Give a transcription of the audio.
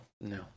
no